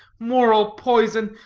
moral poison.